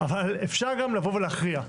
אפשר גם לבוא ולהכריע.